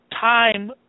time